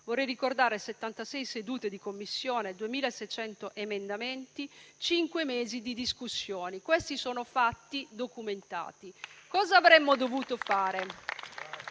Vorrei ricordare 76 sedute di Commissione, 2.600 emendamenti, cinque mesi di discussioni. Questi sono fatti documentati. Cosa avremmo dovuto fare?